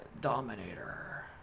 dominator